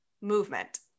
movement